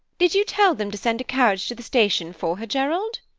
did you tell them to send a carriage to the station for her, gerald?